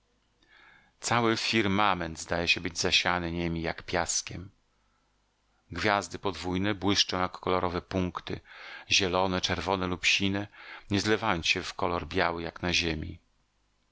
cały firmament zdaje się być zasianym niemi jak piaskiem gwiazdy podwójne błyszczą jak kolorowe punkty zielone czerwone lub sine nie zlewając się w kolor biały jak na ziemi